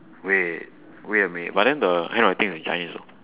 wait wait a minute but then the handwriting in chinese though